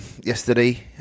yesterday